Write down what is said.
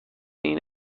این